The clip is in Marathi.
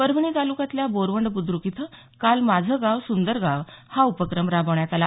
परभणी तालुक्यातील बोरवंड बुद्रुक इथं काल माझा गाव सुंदर गाव हा उपक्रम राबवण्यात आला